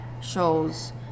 shows